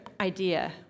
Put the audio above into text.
idea